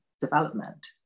development